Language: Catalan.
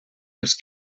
els